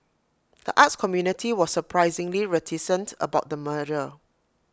the arts community was surprisingly reticent about the merger